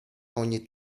ogni